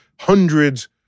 Hundreds